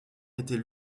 était